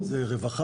בין אם זה רווחה,